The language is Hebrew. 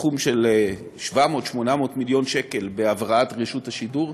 סכום של 700 800 מיליון שקל בהבראת רשות השידור,